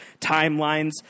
timelines